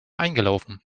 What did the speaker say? eingelaufen